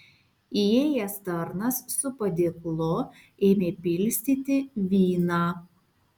įėjęs tarnas su padėklu ėmė pilstyti vyną